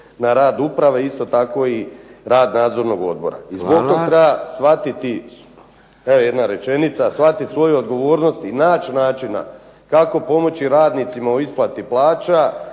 na rad uprave isto tako i rad nadzornog odbora. Svatko treba shvatiti svoju odgovornost i naći načina kako pomoći radnicima u isplati plaća